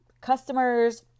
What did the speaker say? customers